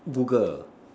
Google